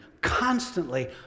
constantly